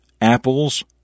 apples